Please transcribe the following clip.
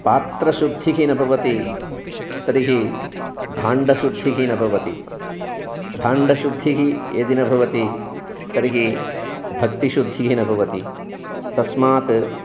पात्रशुद्धिः न भवति तर्हि भाण्डशुद्धिः न भवति भाण्डशुद्धिः यदि न भवति तर्हि भक्तिशुद्धिः न भवति तस्मात्